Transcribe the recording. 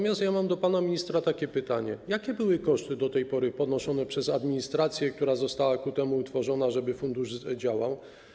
Mam do pana ministra takie pytanie: Jakie były koszty do tej pory ponoszone przez administrację, która została ku temu utworzona, żeby fundusz działał?